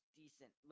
decent